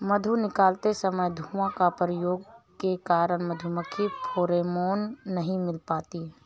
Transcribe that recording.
मधु निकालते समय धुआं का प्रयोग के कारण मधुमक्खी फेरोमोन नहीं निकाल पाती हैं